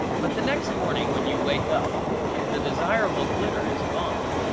but the next morning when you wake up the desirable glitter is gone.